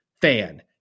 fan